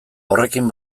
horrekin